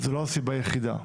זו לא הסיבה היחידה.